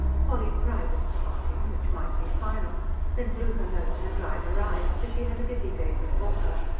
polly cried at the parting, which might be final then blew her nose and dried her eyes for she had a busy day before her.